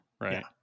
Right